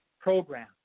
program